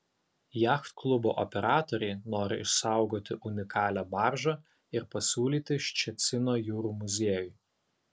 jachtklubo operatoriai nori išsaugoti unikalią baržą ir pasiūlyti ščecino jūrų muziejui